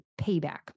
payback